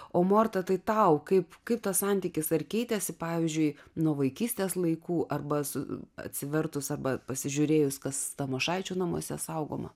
o morta tai tau kaip kaip tas santykis ar keitėsi pavyzdžiui nuo vaikystės laikų arba su atsivertus arba pasižiūrėjus kas tamošaičių namuose saugoma